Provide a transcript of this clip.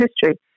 history